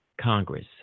Congress